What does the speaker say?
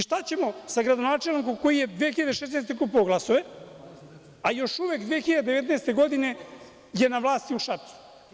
Šta ćemo sa gradonačelnikom koji je 2016. godine kupovao glasove, a još uvek 2019. godine je na vlasti u Šapcu?